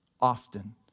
often